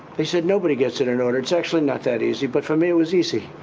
they said nobody gets it in order. it's actually not that easy, but for me it was easy.